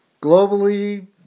Globally